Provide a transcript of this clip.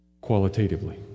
qualitatively